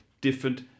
different